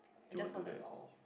I just for the lols